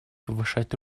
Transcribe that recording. повышать